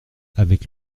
avec